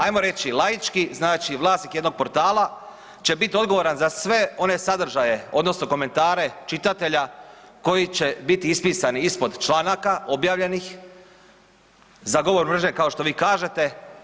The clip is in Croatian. Ajmo reći laički, znači vlasnik jednog portala će bit odgovoran za sve one sadržaje odnosno komentare čitatelja koji će biti ispisani ispod članaka objavljenih za govor mržnje kao što vi kažete.